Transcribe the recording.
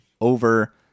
over